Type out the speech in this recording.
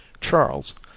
Charles